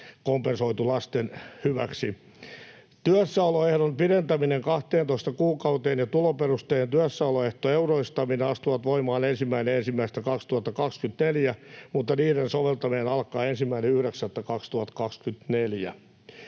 kompen-soitu lasten hyväksi. Työssäoloehdon pidentäminen 12 kuukauteen ja tuloperusteinen työssäoloehto, euroistaminen, astuvat voimaan 1.1.2024, mutta niiden soveltaminen alkaa 1.9.2024.